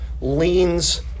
leans